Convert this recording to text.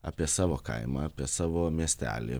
apie savo kaimą apie savo miestelį